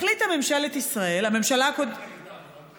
החליטה ממשלת ישראל, מה את עושה במפלגת העבודה?